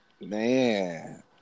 Man